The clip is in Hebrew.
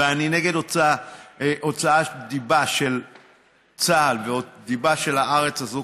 ואני נגד הוצאת דיבה של צה"ל ודיבה של הארץ הזאת,